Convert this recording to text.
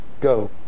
go